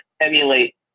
emulate